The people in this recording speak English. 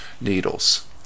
needles